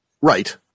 Right